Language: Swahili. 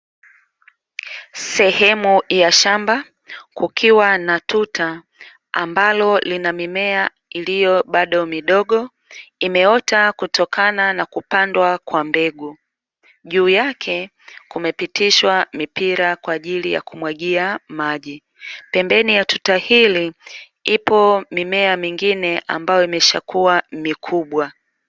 Sehemu ya shamba kukiwa na tuta ambalo lina mimea iliyo bado midogo imeota kutokana na kupandwa kwa mbegu, juu yake kumepitishwa mipira kwa ajili ya kumwagilia maji, pembeni ya tuta hili ipo mimea mingine ambayo imeshakuwa mikubwa.